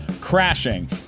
Crashing